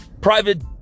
private